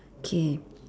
kay